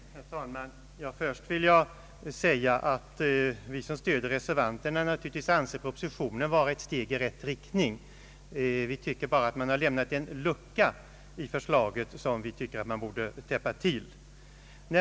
Herr talman! Först vill jag säga att vi som stöder reservationen naturligtvis anser att propositionen är ett steg i rätt riktning. Vi tycker emellertid att man har lämnat en lucka i förslaget som borde täppas till.